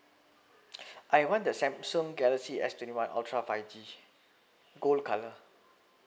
I want the samsung galaxy S twenty one ultra five G gold colour